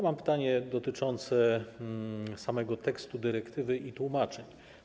Mam pytanie dotyczące samego tekstu dyrektywy i tłumaczeń.